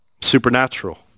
Supernatural